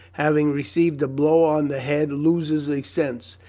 having received a blow on the head, loses a sense,